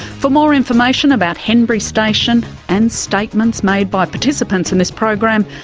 for more information about henbury station and statements made by participants in this program,